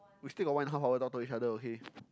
we still got one and a half hour talk to each other okay